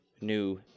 new